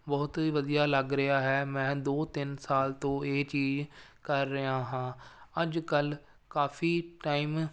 ਬਹੁਤ ਹੀ ਵਧੀਆ ਲੱਗ ਰਿਹਾ ਹੈ ਮੈਂ ਦੋ ਤਿੰਨ ਸਾਲ ਤੋਂ ਇਹ ਚੀਜ਼ ਕਰ ਰਿਹਾ ਹਾਂ ਅੱਜ ਕੱਲ੍ਹ ਕਾਫੀ ਟਾਈਮ